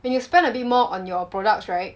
when you spend a bit more on your products right